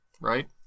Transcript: right